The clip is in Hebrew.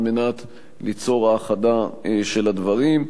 על מנת ליצור האחדה של הדברים.